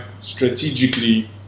strategically